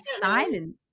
silence